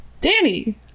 Danny